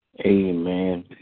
Amen